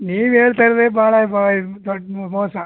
ನೀವು ಹೇಳ್ತಾ ಇರೋದೇ ಭಾಳ ಭಾಳ ಇದು ದೊಡ್ಡ ಮೋಸ